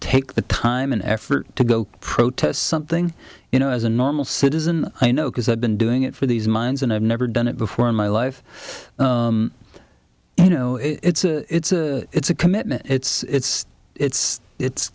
take the time and effort to go protest something you know as a normal citizen i know because i've been doing it for these mines and i've never done it before in my life you know it's a it's a commitment it's it's it's